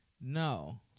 no